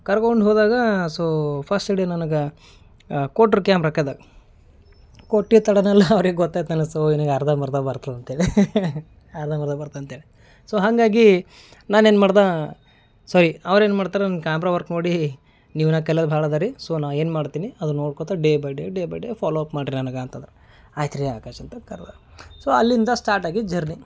ಕರ್ಕೊಂಡು ಹೋದಾಗಾ so first day ನನ್ಗ ಕೊಟ್ರು ಕ್ಯಾಮ್ರ ಕದ ಕೊಟ್ಟಿದ್ ತಡನೆಲ್ಲ ಅವ್ರಿಗೆ ಗೊತ್ತಾಯ್ತು ನನ್ಗ ಸೋ ನಿನ್ಗೆ ಅರ್ಧಂಬರ್ಧ ಬರ್ತದಂತ್ಹೇಳಿ ಅರ್ಧಂಬರ್ಧ ಬರ್ತದಂತ್ಹೇಳಿ ಸೋ ಹಾಗಾಗಿ ನಾನೇನು ಮಾಡ್ದ ಸಾರಿ ಅವ್ರೇನು ಮಾಡ್ತಾರೆ ನನ್ನ ಕ್ಯಾಮ್ರ ವರ್ಕ್ ನೋಡಿ ನೀವು ಇನ್ನ ಕಲಿಯೋದು ಭಾಳದರೀ ಸೋ ನಾ ಏನು ಮಾಡ್ತೀನಿ ಅದನ್ನ ನೋಡ್ಕೊತಾ day by day day by day follow up ಮಾಡ್ರಿ ನನ್ಗ ಅಂತಂದರು ಆಯ್ತ್ರೀ ಆಕಾಶಂತ ಕರ್ದ ಸೋ ಅಲ್ಲಿಂದ ಸ್ಟಾರ್ಟಾಗಿದ್ದು ಜರ್ನಿ